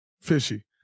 fishy